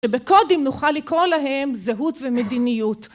ובקודים נוכל לקרוא להם זהות ומדיניות.